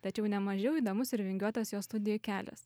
tačiau nemažiau įdomus ir vingiuotas jos studijų kelias